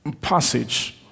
passage